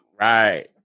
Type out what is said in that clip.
Right